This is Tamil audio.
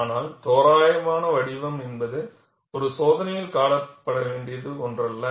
ஆனால் தோராயமான வடிவம் என்பது ஒரு சோதனையில் காணப்பட வேண்டிய ஒன்றல்ல